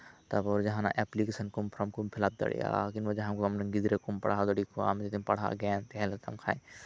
ᱡᱟᱦᱟᱱᱟᱜ ᱮᱹᱯᱞᱤᱠᱮᱥᱚᱱ ᱠᱚ ᱯᱷᱨᱚᱢ ᱠᱚᱢ ᱯᱷᱤᱞᱟᱯ ᱫᱟᱲᱮᱭᱟᱜᱼᱟ ᱠᱤᱢᱵᱟ ᱡᱟᱦᱟᱸᱭ ᱠᱚ ᱟᱢᱨᱮᱱ ᱜᱤᱫᱽᱨᱟᱹ ᱠᱚᱢ ᱯᱟᱲᱦᱟᱣ ᱫᱟᱲᱮᱭᱟᱠᱚᱣᱟ ᱟᱢᱟᱜ ᱡᱩᱫᱤ ᱯᱟᱲᱟᱦᱟᱜᱼᱟ ᱜᱮᱭᱟᱱ ᱛᱟᱦᱮᱸ ᱞᱮᱱᱛᱟᱢ ᱠᱷᱟᱱ